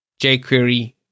jQuery